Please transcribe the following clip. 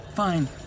Fine